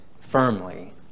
firmly